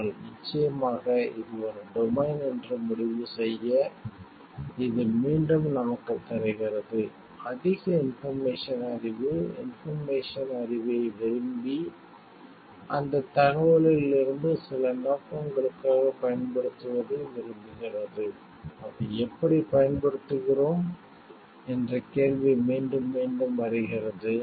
ஆனால் நிச்சயமாக இது ஒரு டொமைன் என்று முடிவு செய்ய இது மீண்டும் நமக்குத் தருகிறது அதிக இன்போர்மேசன் அறிவு இன்போர்மேசன் அறிவை விரும்பி அந்தத் தகவலிலிருந்து சில நோக்கங்களுக்காகப் பயன்படுத்துவதை விரும்புகிறது அதை எப்படிப் பயன்படுத்துகிறோம் என்ற கேள்வி மீண்டும் மீண்டும் வருகிறது